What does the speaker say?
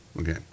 Okay